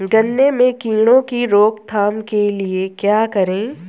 गन्ने में कीड़ों की रोक थाम के लिये क्या करें?